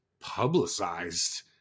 publicized